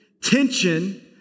Tension